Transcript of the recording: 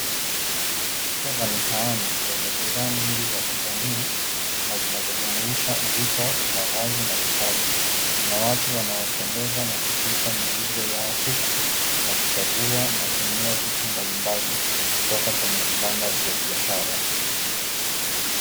Soko la mitaani lenye bidhaa nyingi za kijamii na zinazojumuisha vito, mavazi na vitabu na watu wanaotembeza na kushika mizigo yao huku wakichagua na kununua vitu mbalimbali kutoka kwenye vibanda vya biashara.